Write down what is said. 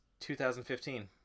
2015